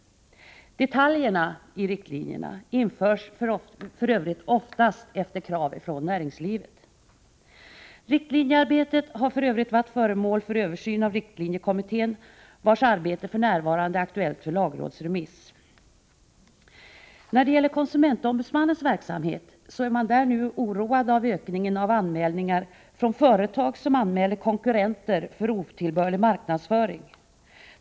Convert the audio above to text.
Detaljerna i riktlinjerna införs för övrigt oftast efter krav från näringslivet. Riktlinjearbetet har varit föremål för översyn av riktlinjekommittén, vars arbete för närvarande är aktuellt för lagrådsremiss. När det gäller konsumentombudsmannens verksamhet är man nu oroad av ökningen av antalet anmälningar från företag som anmäler konkurrenter för otillbörlig marknadsföring.